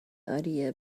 idea